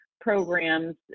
programs